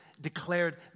declared